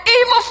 evil